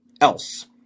else